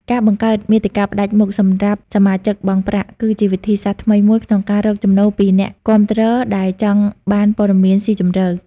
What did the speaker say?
ការបង្កើតមាតិកាផ្តាច់មុខសម្រាប់សមាជិកបង់ប្រាក់ គឺជាវិធីសាស្ត្រថ្មីមួយក្នុងការរកចំណូលពីអ្នកគាំទ្រដែលចង់បានព័ត៌មានស៊ីជម្រៅ។